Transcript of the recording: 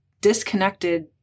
disconnected